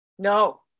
No